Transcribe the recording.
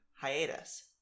Hiatus